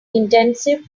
intensive